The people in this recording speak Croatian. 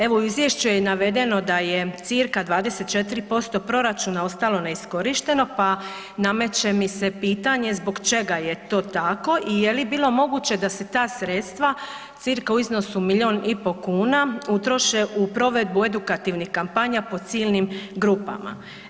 Evo u izvješću je navedeno da je cca 24% proračuna ostalo neiskorišteno pa nameće mi se pitanje zbog čega je to tako i je li bilo moguće da se ta sredstva cca u iznosu milijun i pol kuna utroše u provedbu edukativnih kampanja po ciljanim grupama.